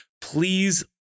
please